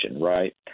right